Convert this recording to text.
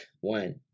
One